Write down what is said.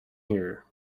here